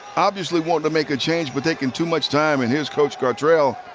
obviously, wanting to make a change, but taking too much time. and here's coach gartrell.